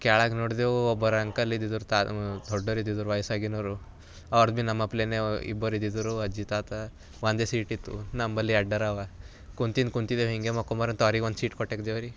ಕೆಳಗೆ ನೋಡಿದೆವು ಒಬ್ಬರು ಅಂಕಲ್ ಇದಿದ್ರು ತಾ ದೊಡ್ಡೊರು ಇದಿದ್ರು ವಯಸ್ಸಾಗಿದ್ದೋರು ಅವ್ರು ಭೀ ನಮ್ಮಪ್ಲೆನೆ ಇಬ್ಬರು ಇದಿದ್ರು ಅಜ್ಜಿ ತಾತ ಒಂದೇ ಸೀಟ್ ಇತ್ತು ನಂಬಳಿ ಎರ್ಡರೆ ಇವೆ ಕೂತಿದ್ದು ಕೂತಿದ್ದೇವೆ ಹಿಂಗೆ ಮಲ್ಕೊಂಬರಂತೆ ಅವ್ರಿಗೆ ಒಂದು ಸೀಟ್ ಕೊಟ್ಟಾಕ್ದೆವು ರೀ